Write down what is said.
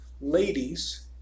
ladies